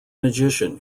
magician